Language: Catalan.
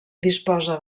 disposa